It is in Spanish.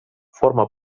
forma